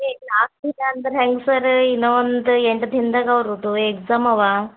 ಈಗ ನಾಲ್ಕು ದಿನ ಅಂದ್ರೆ ಹೆಂಗೆ ಸರ್ ಇನ್ನು ಒಂದು ಎಂಟು ದಿನ್ದಾಗ ಅವ್ರದ್ದು ಎಕ್ಸಾಮ್ ಅವ